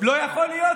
לא יכול להיות,